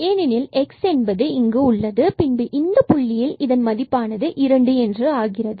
ஏனெனில் x என்பது இங்கு உள்ளது மற்றும் பின்பு இந்த புள்ளியில் மதிப்பானது tfyy002 என்று ஆகிறது